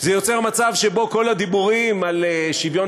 זה יוצר מצב שבו כל הדיבורים על שוויון